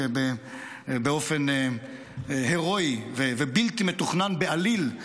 שבאופן הירואי ובלתי מתוכנן בעליל,